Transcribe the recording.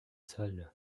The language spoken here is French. sol